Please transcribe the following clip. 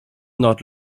not